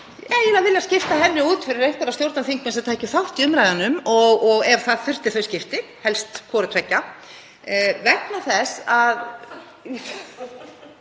eiginlega viljað skipta henni út fyrir einhverja stjórnarþingmenn sem tækju þátt í umræðunum, ef það þyrfti þau skipti, helst hvort tveggja, vegna þess að